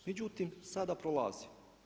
Međutim, sada prolazi.